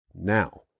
Now